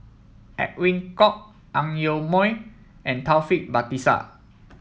Edwin Koek Ang Yoke Mooi and Taufik Batisah